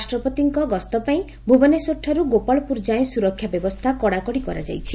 ରାଷ୍ଟ୍ରପତିଙ୍କ ଗସ୍ତପାଇଁ ଭୁବନେଶ୍ୱରଠାରୁ ଗୋପାଳପୁର ଯାଏଁ ସୁରକ୍ଷାବ୍ୟବସ୍କା କଡ଼ାକଡ଼ି କରାଯାଇଛି